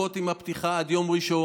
לחכות עם הפתיחה עד יום ראשון,